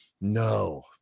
No